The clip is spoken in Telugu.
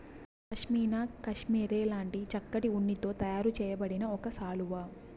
పష్మీనా కష్మెరె లాంటి చక్కటి ఉన్నితో తయారు చేయబడిన ఒక శాలువా